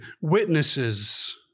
witnesses